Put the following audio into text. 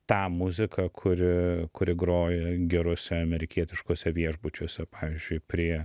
tą muziką kuri kuri groja geruose amerikietiškuose viešbučiuose pavyzdžiui prie